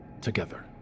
together